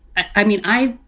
i mean, i